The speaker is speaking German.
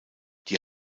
die